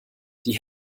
die